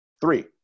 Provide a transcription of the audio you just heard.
three